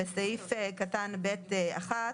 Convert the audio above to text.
בפסקה (ב)(1):